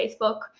Facebook